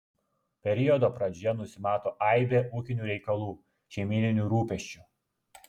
periodo pradžioje nusimato aibė ūkinių reikalų šeimyninių rūpesčių